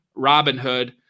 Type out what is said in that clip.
Robinhood